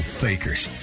fakers